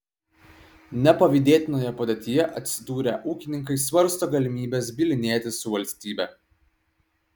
nepavydėtinoje padėtyje atsidūrę ūkininkai svarsto galimybes bylinėtis su valstybe